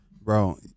Bro